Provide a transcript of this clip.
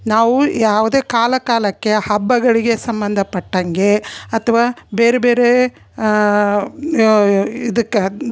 ನಾವು ಯಾವುದೇ ಕಾಲ ಕಾಲಕ್ಕೆ ಹಬ್ಬಗಳಿಗೆ ಸಂಬಂಧಪಟ್ಟಂಗೆ ಅಥ್ವಾ ಬೇರೆ ಬೇರೆ ಇದಕ್ಕೆ